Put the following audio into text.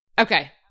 Okay